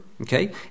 Okay